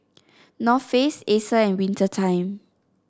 North Face Acer and Winter Time